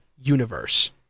universe